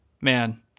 man